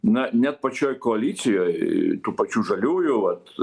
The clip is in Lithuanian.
na net pačioj koalicijoj tų pačių žaliųjų vat